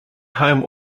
home